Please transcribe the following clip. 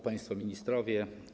Państwo Ministrowie!